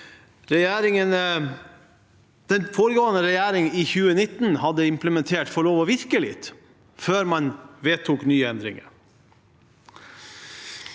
den foregående regjeringen i 2019 hadde implementert, få lov til å virke litt før man vedtok nye endringer.